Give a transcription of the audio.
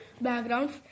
backgrounds